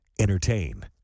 Entertain